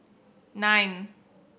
nine